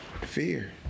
Fear